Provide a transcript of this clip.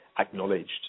acknowledged